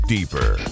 Deeper